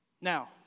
Now